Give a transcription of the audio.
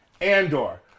Andor